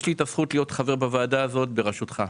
יש לי את הזכות להיות חבר בוועדה הזאת בראשותך.